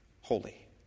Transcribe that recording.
holy